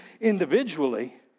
individually